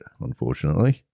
Unfortunately